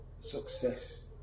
success